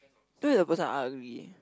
this is the first time I agree